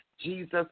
Jesus